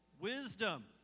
Wisdom